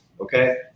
Okay